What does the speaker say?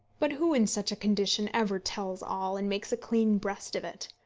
but who in such a condition ever tells all and makes a clean breast of it?